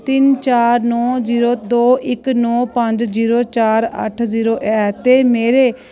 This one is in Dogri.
तिन्न चार नौ जीरो दो इक नौ पंज जीरो चार अट्ठ जीरो ऐ ते मेरे